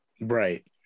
Right